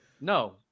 No